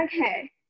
Okay